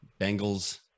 Bengals